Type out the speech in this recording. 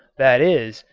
that is,